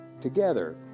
together